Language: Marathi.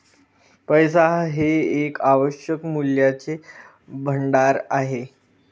पैसा हे एक आवश्यक मूल्याचे भांडार आहे